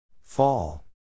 Fall